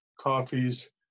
coffees